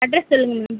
address சொல்லுங்கள் ma'am